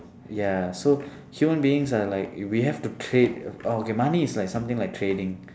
ya so human beings are like we have to trade okay money is like something like trading